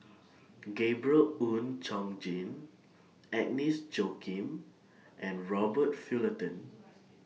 Gabriel Oon Chong Jin Agnes Joaquim and Robert Fullerton